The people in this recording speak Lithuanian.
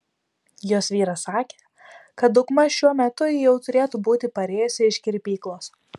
jos vyras sakė kad daugmaž šiuo metu ji jau turėtų būti parėjusi iš kirpyklos